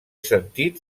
sentit